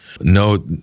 No